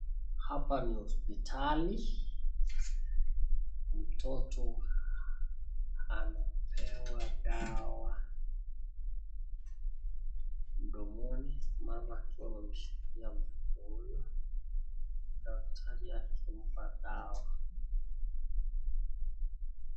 Hapa ni hospitali mtoto anapewa dawa mdomoni mama akiwa amemshikilia mtoto huyo daktari anampa dawa.